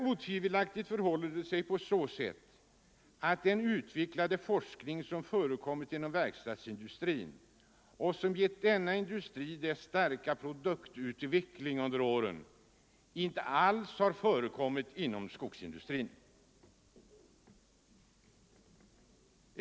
Otvivelaktigt förhåller det sig på så sätt att den utvecklade forskning som förekommit inom verkstadsindustrin, och som gett denna industri dess starka produktutveckling under åren, inte alls har förekommit inom skogsindustrin.